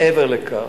מעבר לכך,